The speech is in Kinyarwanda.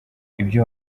ibyo